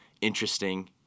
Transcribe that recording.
interesting